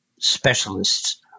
Specialists